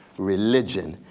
religion,